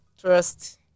trust